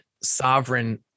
sovereign